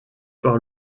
par